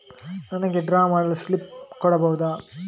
ನನಿಗೆ ಡ್ರಾ ಮಾಡಲು ಸ್ಲಿಪ್ ಕೊಡ್ಬಹುದಾ?